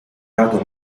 dato